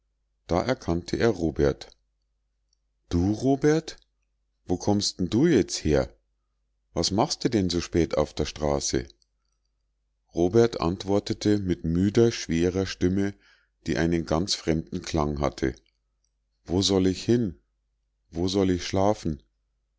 da erkannte er robert du robert wo kommst'n du jetzt her was machste denn so spät auf der straße robert antwortete mit müder schwerer stimme die einen ganz fremden klang hatte wo soll ich hin wo soll ich schlafen